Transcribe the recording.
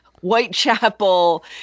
Whitechapel